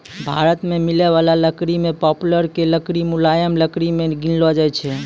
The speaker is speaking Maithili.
भारत मॅ मिलै वाला लकड़ी मॅ पॉपुलर के लकड़ी मुलायम लकड़ी मॅ गिनलो जाय छै